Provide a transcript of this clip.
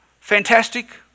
fantastic